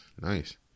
Nice